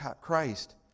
Christ